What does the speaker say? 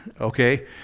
okay